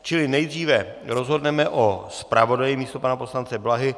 Čili nejdříve rozhodneme o zpravodaji místo pana poslance Blahy.